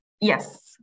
Yes